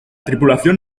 tripulación